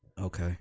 Okay